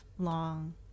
long